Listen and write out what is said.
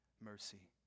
mercy